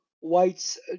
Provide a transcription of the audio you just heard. whites